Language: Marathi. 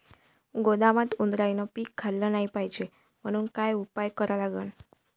गोदामात उंदरायनं पीक खाल्लं नाही पायजे म्हनून का उपाय करा लागन?